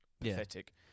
pathetic